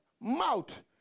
mouth